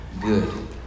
good